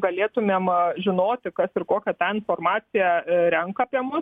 galėtumėm žinoti kas ir kokią ten informaciją renka apie mus